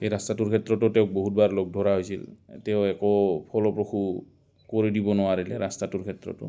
এই ৰাস্তাটোৰ ক্ষেত্ৰতো তেওঁক বহুতবাৰ লগ ধৰা হৈছিল তেওঁ একো ফলপ্ৰসু কৰি দিব নোৱাৰিলে ৰাস্তাটোৰ ক্ষেত্ৰতো